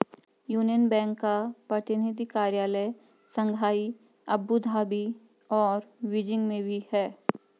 union Bank का प्रतिनिधि कार्यालय शंघाई अबू धाबी और बीजिंग में भी है